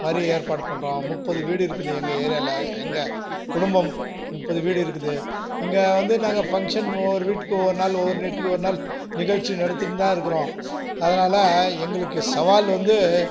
அதை மாதிரி ஏற்பாடு பண்ணுறோம் முப்பது வீடுக்குது எங்கள் ஏரியாவில் எங்கள் குடும்பம் முப்பது வீடு இருக்குது இங்கே வந்து நாங்கள் ஃபங்ஷன் ஒரு ஒவ்வொரு வீட்டுக்கு ஒரு நாள் நிகழ்ச்சி நடத்திகிட்டு தான் இருக்கிறோம் அதனால் எங்களுக்கு சவால் வந்து